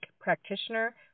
practitioner